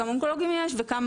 כמה אונקולוגים יש ואותך,